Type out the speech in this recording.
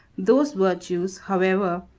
those virtues, however,